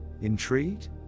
Intrigued